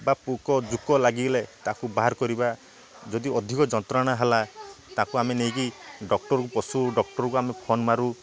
ବା ପୋକ ଜୋକ ଲାଗିଲେ ତାକୁ ବାହାର କରିବା ଯଦି ଅଧିକ ଯନ୍ତ୍ରଣା ହେଲା ତାକୁ ଆମେ ନେଇକି ଡକ୍ଟରକୁ ପଶୁ ଡକ୍ଟରକୁ ଆମେ ଫୋନ ମାରୁ